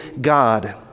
God